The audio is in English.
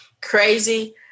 crazy